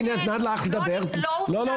זה לא נכון -- לא,